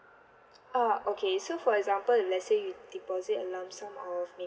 ah okay so for example let say you deposit a lump sum of maybe